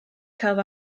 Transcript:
celf